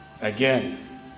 again